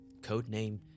Codename